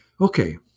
Okay